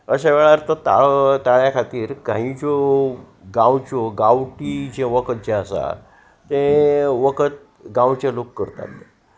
अश्या वेळार तर ताळो ताळ्या खातीर काहींच्यो गांवच्यो गांवठी जे वखद जे आसा ते वखद गांवचे लोक करतात